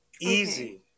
Easy